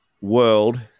world